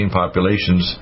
populations